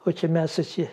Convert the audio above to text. o čia mes susi